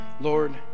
Lord